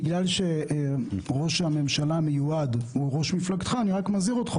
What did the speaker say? בגלל שראש הממשלה המיועד הוא ראש מפלגתך אני רק מזהיר אותך,